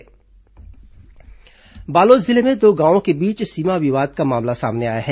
बालोद विवाद बालोद जिले में दो गांवों के बीच सीमा विवाद का मामला सामने आया है